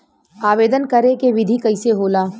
आवेदन करे के विधि कइसे होला?